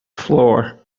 floor